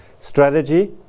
strategy